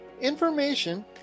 information